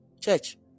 Church